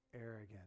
arrogant